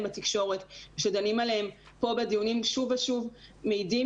בתקשורת ושדנים עליהם פה בדיונים שוב ושוב מעידים